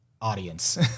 audience